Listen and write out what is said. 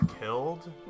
killed